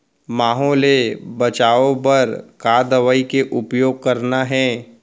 माहो ले बचाओ बर का दवई के उपयोग करना हे?